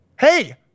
Hey